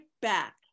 back